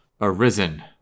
arisen